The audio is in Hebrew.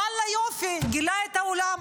ואללה, יופי, גילה את העולם.